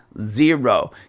zero